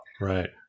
Right